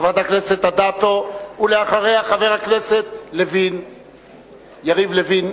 חברת הכנסת אדטו, ואחריה, חבר הכנסת יריב לוין.